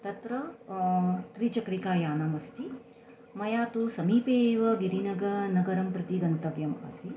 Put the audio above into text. तत्र त्रिचक्रिकायानमस्ति मया तु समीपे एव गिरिनगरं नगरं प्रति गन्तव्यम् आसीत्